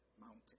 mountain